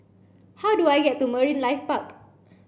how do I get to Marine Life Park